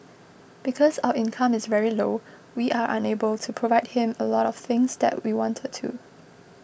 because our income is very low we are unable to provide him a lot of things that we wanted to